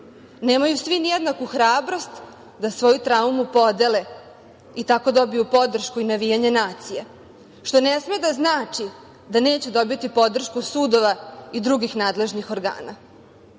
Nemaju svi ni jednaku hrabrost da svoju traumu podele i tako dobiju podršku i navijanje nacije, što ne sme da znači da neće dobiti podršku sudova i drugih nadležnih organa,